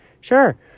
sure